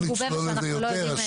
מגובה ושאנחנו לא יודעים מי מבצע אותו.